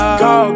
go